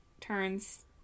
turns